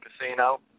casino